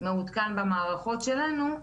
מעודכן במערכות שלנו,